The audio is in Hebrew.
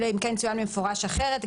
אלא אם כן צוין במפורש אחרת.